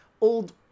old